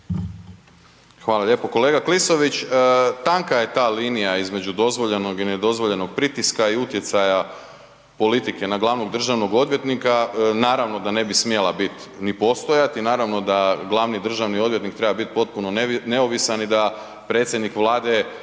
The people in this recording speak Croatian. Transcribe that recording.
Hvala lijepo kolega Klisović. Tanka je ta linija između dozvoljenog i nedozvoljenog pritiska i utjecaja politike na glavnog državnog odvjetnika. Naravno da ne bi smjela biti ni postojati, naravno da glavni državni odvjetnik treba biti potpuno neovisan i da predsjednik Vlade